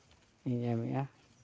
ᱧᱮᱧᱟᱢᱮᱫᱼᱟ